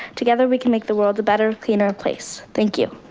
together we can make the world a better, cleaner place, thank you.